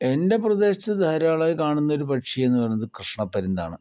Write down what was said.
എൻ്റെ പ്രദേശത്ത് ധാരാളമായി കാണുന്നൊരു പക്ഷിയെന്നു പറയുന്നത് കൃഷ്ണ പരുന്താണ്